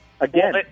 again